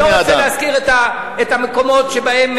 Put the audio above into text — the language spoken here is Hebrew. אני לא רוצה להזכיר את המקומות שבהם,